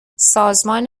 سازمان